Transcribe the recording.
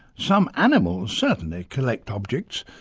some animals certainly collect objects,